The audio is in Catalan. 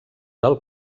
del